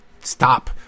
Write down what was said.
stop